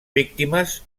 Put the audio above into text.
víctimes